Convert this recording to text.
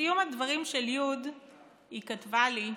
בסיום הדברים של י' היא כתבה לי: